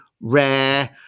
rare